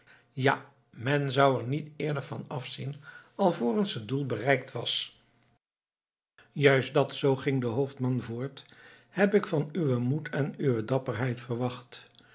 ja men zou er niet eerder van af zien alvorens het doel bereikt was juist dat zoo ging de hoofdman voort heb ik van uwen moed en uw dapperheid verwacht